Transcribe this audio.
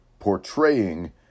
portraying